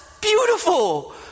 beautiful